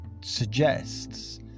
suggests